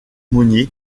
monnier